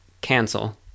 cancel